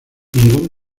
ningún